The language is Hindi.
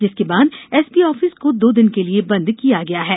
जिसके बाद एसपी ऑपिस को दो दिन के लिए बंद किया गया है